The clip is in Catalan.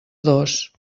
dos